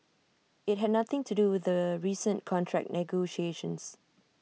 IT had nothing to do with the recent contract negotiations